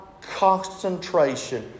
concentration